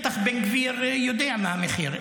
שבטח בן גביר יודע מה המחיר,